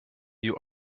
you